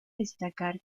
destacar